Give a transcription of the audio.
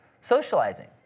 socializing